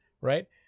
Right